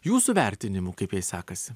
jūsų vertinimu kaip jai sekasi